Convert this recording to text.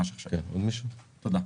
תודה.